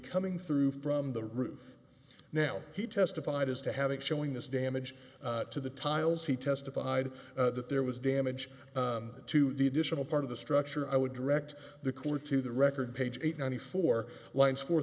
coming through from the roof now he testified as to having showing this damage to the tiles he testified that there was damage the additional part of the structure i would direct the court to the record page eight ninety four lines fo